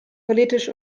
politisch